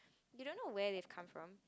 you don't know where they've come from